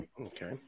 Okay